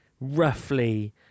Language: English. roughly